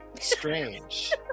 Strange